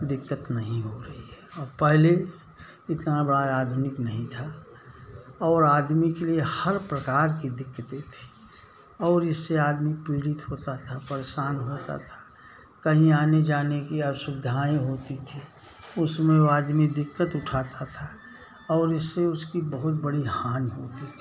दिक्कत नहीं हो रही है और पहले इतना बड़ा आधुनिक नहीं था और आदमी के लिए हर प्रकार की दिक्कतें थी और इससे आदमी पीड़ित होता था परेशान होता था कहीं आने जाने की अशुविधाएँ होती थी उस में वो आदमी दिक्कत उठाता था और इससे उसकी बहुत बड़ी हानि होती थी